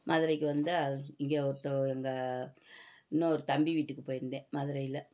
மதுரைக்கு வந்தால் இங்கே ஒருத்தவங்க இன்னொரு தம்பி வீட்டு போயிருந்தேன் மதுரையில்